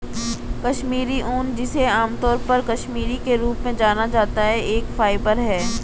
कश्मीरी ऊन, जिसे आमतौर पर कश्मीरी के रूप में जाना जाता है, एक फाइबर है